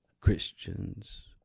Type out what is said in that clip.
Christians